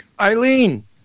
Eileen